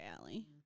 alley